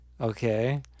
okay